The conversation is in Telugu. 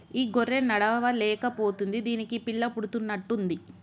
ఈ గొర్రె నడవలేక పోతుంది దీనికి పిల్ల పుడుతున్నట్టు ఉంది